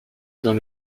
dans